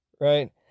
right